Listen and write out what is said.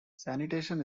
sanitation